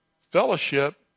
fellowship